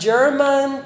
German